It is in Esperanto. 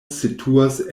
situas